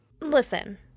Listen